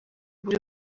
buri